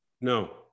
no